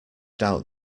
doubt